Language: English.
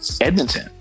Edmonton